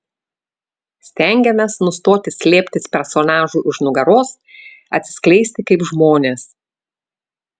stengiamės nustoti slėptis personažui už nugaros atsiskleisti kaip žmonės